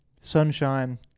sunshine